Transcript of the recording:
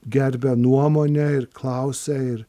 gerbia nuomonę ir klausia ir